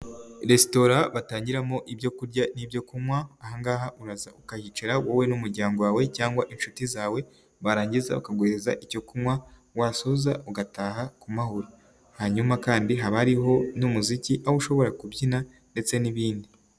Resitora batangiramo ibyo kurya n'ibyo kunywa, ahangaha uraza ukahicara wowe n'umuryango wawe cyangwa inshuti zawe, barangiza bakaguhereza icyo kunywa, wasoza ugataha ku mahoro. Hanyuma kandi haba hariho n'umuziki aho ushobora kubyina, ndetse n'ibindi.